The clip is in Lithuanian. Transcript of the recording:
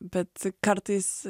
bet kartais